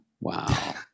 Wow